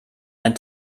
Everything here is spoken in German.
ein